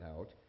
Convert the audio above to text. out